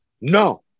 no